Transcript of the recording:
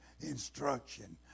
instruction